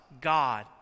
God